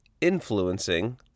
influencing